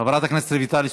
חברת הכנסת רויטל סויד,